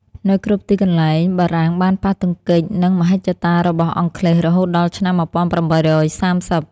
នៅគ្រប់ទីកន្លែងបារាំងបានប៉ះទង្គិចនឹងមហិច្ឆតារបស់អង់គ្លេសរហូតដល់ឆ្នាំ១៨៣០។